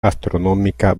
astronómica